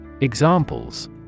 Examples